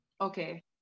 Okay